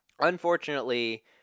unfortunately